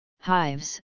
hives